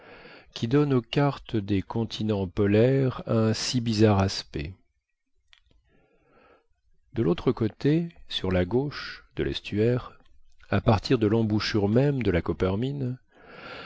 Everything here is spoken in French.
qui donne aux cartes des continents polaires un si bizarre aspect de l'autre côté sur la gauche de l'estuaire à partir de l'embouchure même de la